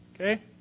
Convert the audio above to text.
Okay